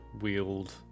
wield